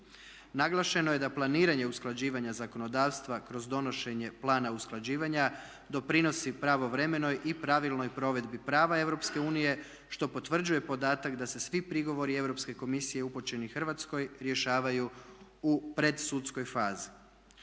Naglašeno je da planiranje usklađivanja zakonodavstva kroz donošenje plana usklađivanja doprinosi pravovremenoj i pravilnoj provedbi prava Europske unije što potvrđuje podatak da se svi prigovori Europske komisije upućeni Hrvatskoj rješavaju u predsudskoj fazi.